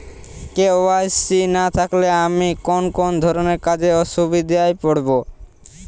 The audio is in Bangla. কে.ওয়াই.সি না থাকলে আমি কোন কোন ধরনের কাজে অসুবিধায় পড়ব?